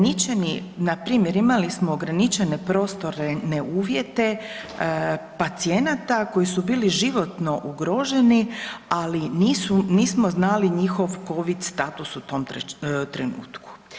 Npr. imali smo ograničene prostorne uvjete pacijenata koji su bili životno ugroženi, ali nisu, nismo znali njihov covid status u tom trenutku.